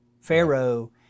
Pharaoh